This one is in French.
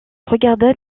regarda